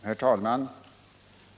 Herr talman!